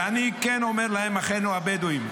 ואני כן אומר להם אחינו הבדואים,